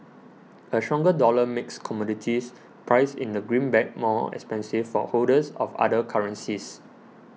a stronger dollar makes commodities priced in the greenback more expensive for holders of other currencies